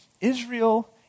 Israel